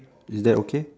is that okay